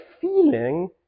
feeling